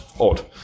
odd